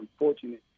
unfortunate